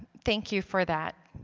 thank you for that.